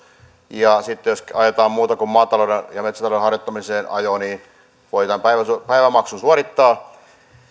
ja sitten jos ajetaan muuta kuin maatalouden ja metsätalouden harjoittamisen ajoa niin voi tämän päivämaksun suorittaa